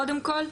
קודם כל,